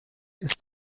ist